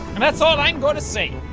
and that's all i'm gonna say